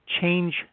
change